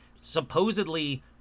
supposedly